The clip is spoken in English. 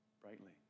brightly